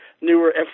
newer